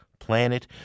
planet